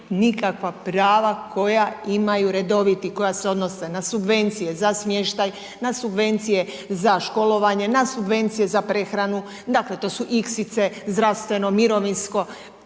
nikakva prava koja imaju redovi i koja se odnose na subvencije za smještaj, na subvencije za školovanje, na subvencije za prehranu, dakle to su iksice, zdravstveno, mirovinsko,